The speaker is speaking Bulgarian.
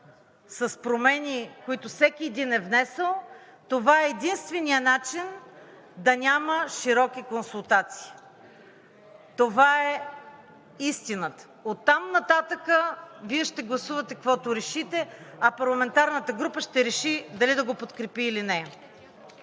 с промени, които всеки един е внесъл, това е единственият начин да няма широки консултации. Това е истината. Оттам нататък Вие ще гласувате каквото решите, а парламентарната група ще реши дали да го подкрепи или не.